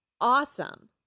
awesome